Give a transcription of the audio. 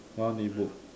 want E book